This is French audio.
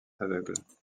aveugles